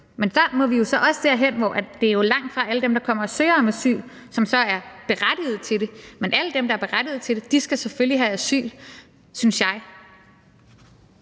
Men der må vi jo også derhen, hvor det jo langtfra er alle dem, der kommer og søger om asyl, som så er berettiget til det. Men alle dem, der er berettiget til det, skal selvfølgelig have asyl – synes jeg.